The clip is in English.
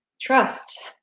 trust